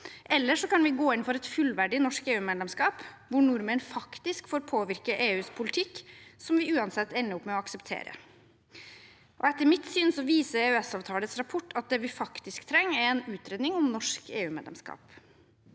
eller vi kan gå inn for et fullverdig norsk EU-medlemskap hvor nordmenn faktisk får påvirke EUs politikk, som vi uansett ender opp med å akseptere. Etter mitt syn viser EØS-utvalgets rapport at det vi faktisk trenger, er en utredning om norsk EU-medlemskap.